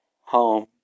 home